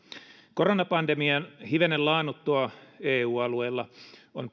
koronapandemian hivenen laannuttua eu alueella on